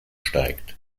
steigt